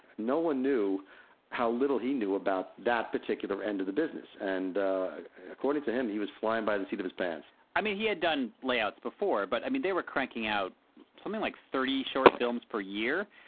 no one knew how little he knew about that particular end of the business. and according to him, he was flying by the seat of his pants i mean, he had done layouts before. but i mean, they were cranking out something like thirty short films per year.